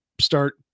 start